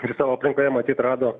ir savo aplinkoje matyt rado